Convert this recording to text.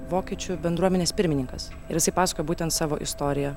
vokiečių bendruomenės pirmininkas ir pasakojo būtent savo istoriją